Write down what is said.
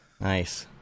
Nice